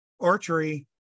archery